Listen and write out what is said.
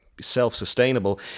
self-sustainable